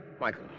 Michael